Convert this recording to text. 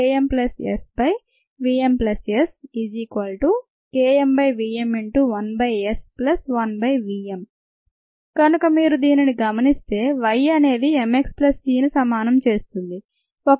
1vKmSvmSKmvm1S1vm కనుక దీనిని మీరు గమనిస్తే y అనేది m x ప్లస్ cని సమానం చేస్తుంది